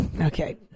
okay